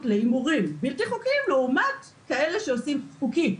להימורים בלתי חוקיים לעומת כאלה שעושים חוקיים,